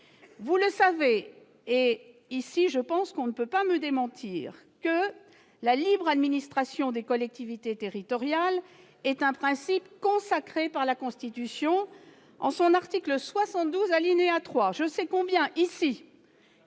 Vous le savez- et ce n'est pas ici que l'on me démentira -, la libre administration des collectivités territoriales est un principe consacré par la Constitution en son article 72, alinéa 3. Je sais combien la